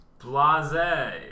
Blase